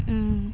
ओं